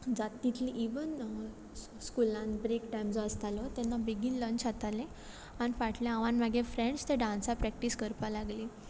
जाता तितली इवन स्कुलान ब्रेक टायम जो आसतालो तेन्ना बेगीन लंच खातालें आनी फाटल्यान हांव आनी म्हागे फ्रेंड्स त्या डान्सा प्रॅक्टीस करपा लागलीं